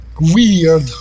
weird